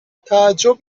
تعجب